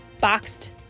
boxed